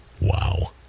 Wow